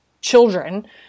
children